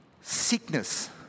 Sickness